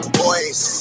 boys